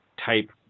type